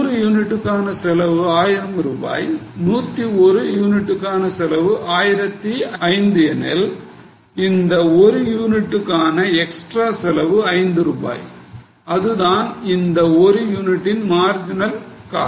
100 யூனிட்டுக்கான செலவு ஆயிரம் ரூபாய் 101 யூனிட்டுக்கான செலவு 1005 எனில் அந்த ஒரு யூனிட்டுக்கான எக்ஸ்ட்ரா செலவு ஐந்து ரூபாய் இதுதான் அந்த 1 யூனிட்டின் marginal cost